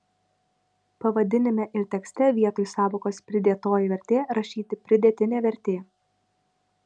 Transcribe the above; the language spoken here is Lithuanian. pavadinime ir tekste vietoj sąvokos pridėtoji vertė rašyti pridėtinė vertė